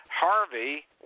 Harvey